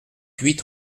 huit